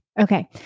Okay